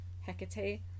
Hecate